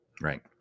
Right